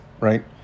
right